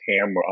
camera